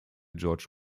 george